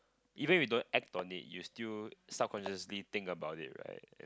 even if you don't act on it you still subconsciously think about it right